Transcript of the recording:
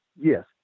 Yes